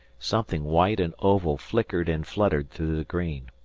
something white and oval flickered and fluttered through the green.